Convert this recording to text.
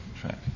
track